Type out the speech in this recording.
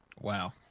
Wow